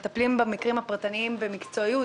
מטפלים במקרים הפרטניים במקצועיות.